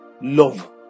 love